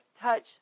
touch